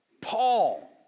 Paul